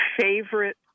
favorite